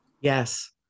Yes